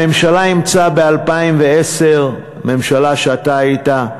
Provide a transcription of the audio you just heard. הממשלה אימצה ב-2010, ממשלה שאתה היית,